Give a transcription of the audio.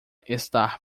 está